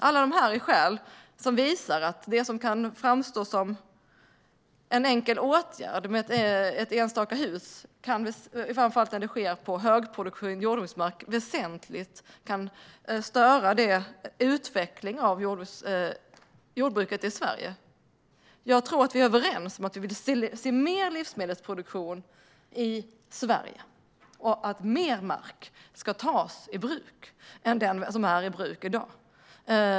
Allt detta är skäl som visar att det som kan framstå som en enkel åtgärd - ett enstaka hus på högproduktiv jordbruksmark - väsentligt kan störa utvecklingen av jordbruket i Sverige. Jag tror att vi är överens om att vi vill se mer livsmedelsproduktion i Sverige och att mer mark ska tas i bruk än vad som är i bruk i dag.